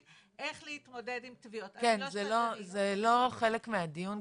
איך להתמודד עם תביעות --- זה לא חלק מהדיון,